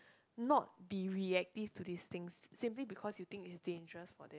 not be reactive to these things simply because you think it's dangerous for them